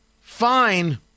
Fine